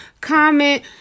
comment